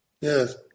Yes